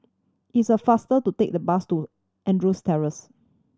is a faster to take the bus to Andrews Terrace